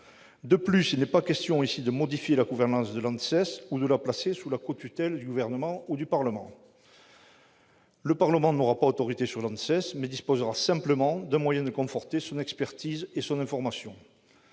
De plus, il n'est pas question de modifier la gouvernance de l'ANSES ou de la placer sous la cotutelle du Gouvernement et du Parlement. Le Parlement n'aura pas autorité sur l'ANSES ; il disposera simplement d'un moyen de conforter son expertise et son information.